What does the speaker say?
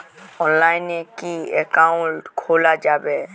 অনলাইনে কি অ্যাকাউন্ট খোলা যাবে?